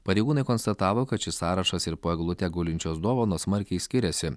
pareigūnai konstatavo kad šis sąrašas ir po eglute gulinčios dovanos smarkiai skiriasi